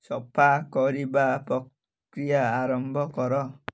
ସଫା କରିବା ପ୍ରକ୍ରିୟା ଆରମ୍ଭ କର